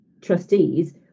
trustees